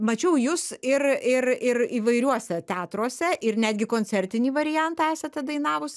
mačiau jūs ir ir ir įvairiuose teatruose ir netgi koncertinį variantą esate dainavusi